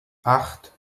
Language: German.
acht